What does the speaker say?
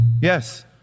Yes